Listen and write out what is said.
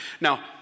Now